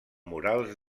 murals